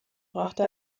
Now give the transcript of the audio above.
brachte